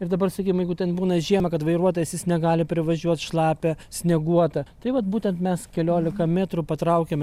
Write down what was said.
ir dabar sakykim jeigu ten būna žiemą kad vairuotojas jis negali privažiuot šlapia snieguota tai vat būtent mes keliolika metrų patraukiam ir